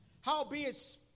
howbeit